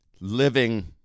living